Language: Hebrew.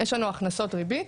יש לנו הכנסות ריבית